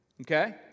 Okay